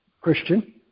Christian